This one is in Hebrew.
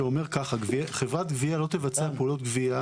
שאומר כך: חברת גבייה לא תבצע פעולות גבייה